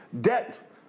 debt